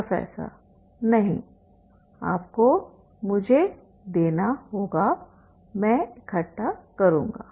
professor नहीं आपको मुझे देना होगा मैं इकट्ठा करूंगा